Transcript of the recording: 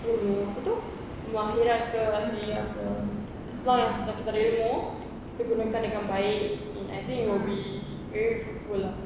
ilmu apa tu pengetahuan ke apa as long as kita ada ilmu kita gunakan dengan baik and I think it will be very fruitful lah